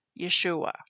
Yeshua